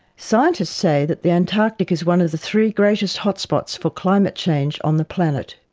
scientists say that the antarctic is one of the three greatest hotspots for climate change on the planet.